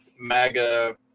MAGA